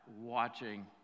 watching